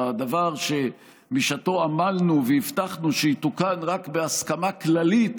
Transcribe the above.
הדבר שבשעתו עמלנו והבטחנו שיתוקן רק בהסכמה כללית,